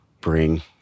Bring